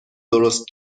درست